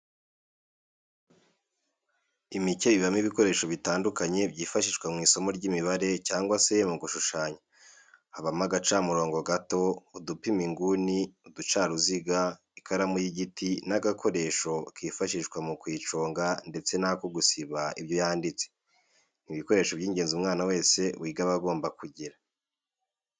Imikebe ibamo ibikoresho bitandukanye byifashishwa mu isomo ry'imibare cyangwa se mu gushushanya, habamo agacamurongo gato, udupima inguni, uducaruziga, ikaramu y'igiti n'agakoresho kifashishwa mu kuyiconga ndetse n'ako gusiba ibyo yanditse, ni ibikoresho by'ingenzi umwana wese wiga aba agomba kugira.